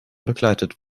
begleitet